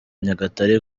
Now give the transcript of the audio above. nyagatare